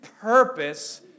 purpose